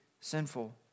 sinful